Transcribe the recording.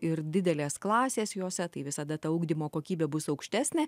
ir didelės klasės jose tai visada ta ugdymo kokybė bus aukštesnė